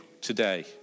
today